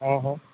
હ હ